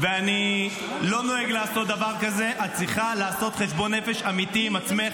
ואני לא נוהג לעשות דבר כזה: את צריכה לעשות חשבון נפש אמיתי עם עצמך.